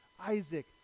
Isaac